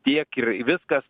tiek ir viskas